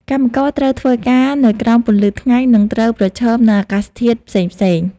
កម្មករត្រូវធ្វើការនៅក្រោមពន្លឺថ្ងៃ និងត្រូវប្រឈមនឹងអាកាសធាតុផ្សេងៗ។